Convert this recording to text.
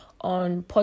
on